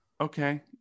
okay